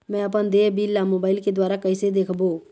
मैं अपन देय बिल ला मोबाइल के द्वारा कइसे देखबों?